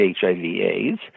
HIV-AIDS